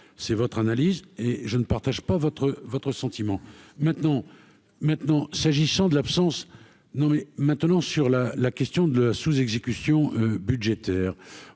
c'est votre analyse et je ne partage pas votre votre sentiment maintenant maintenant s'agissant de l'absence non mais maintenant sur la la question de la sous, exécution budgétaire